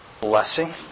blessing